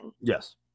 yes